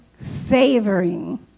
savoring